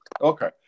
Okay